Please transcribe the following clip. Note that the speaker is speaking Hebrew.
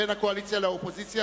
בין הקואליציה לאופוזיציה,